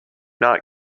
not